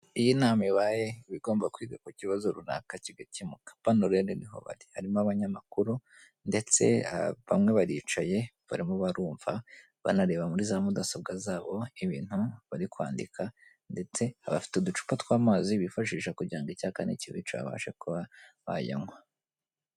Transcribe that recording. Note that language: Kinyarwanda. Iyo inama ibaye ibigomba kwiga ku kibazo runaka kigakemuka panolade nehowad harimo abanyamakuru ndetse bamwe baricaye barimo barumva banareba muri za mudasobwa zabo ibintu bari kwandika ndetse abafite uducupa tw'amazi bifashisha kugira ngo icya kane kibicabashe kuba bayanywa.